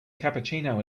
cappuccino